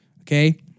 Okay